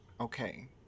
Okay